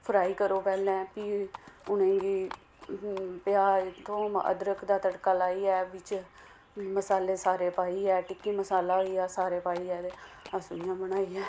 fry करो पैह्ले भी उ'नेंगी प्याज थोम अदरक दा तड़का लाइयै मसाले मसाले पाइयै टिक्की मसाला होइआ सारे पाइयै अस इ'यां बनाइयै